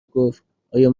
گفتآیا